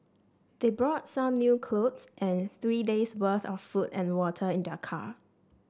they brought some new clothes and three days' worth of food and water in their car